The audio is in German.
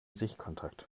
sichtkontakt